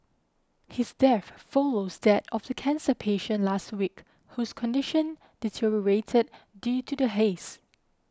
his death follows that of the cancer patient last week whose condition deteriorated due to the haze